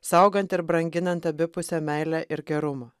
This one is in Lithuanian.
saugant ir branginant abipusę meilę ir gerumą